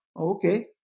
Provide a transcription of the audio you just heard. Okay